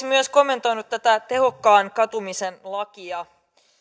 myös kommentoinut tätä tehokkaan katumisen lakia